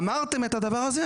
אמרתם את הדבר הזה?